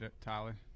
Tyler